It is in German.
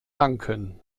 danken